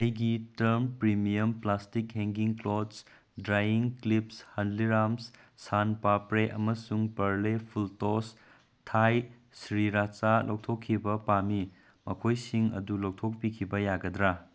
ꯑꯩꯒꯤ ꯇꯥꯔꯝ premium plastic hanging clothes drying clips ꯍꯜꯗꯤꯔꯥꯝꯁ ꯁꯥꯟ ꯄꯥꯄ꯭ꯔꯦ ꯑꯃꯁꯨꯡ ꯄꯔꯂꯦ ꯐꯨꯜ ꯇꯣꯁ ꯊꯥꯏ ꯁ꯭ꯔꯤꯔꯆꯥ ꯂꯧꯊꯣꯛꯈꯤꯕ ꯄꯥꯝꯃꯤ ꯃꯈꯣꯏꯁꯤꯡ ꯑꯗꯨ ꯂꯧꯊꯣꯛꯄꯤꯈꯤꯕ ꯌꯥꯒꯗ꯭ꯔꯥ